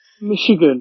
Michigan